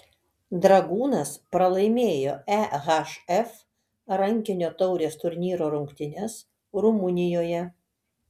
dragūnas pralaimėjo ehf rankinio taurės turnyro rungtynes rumunijoje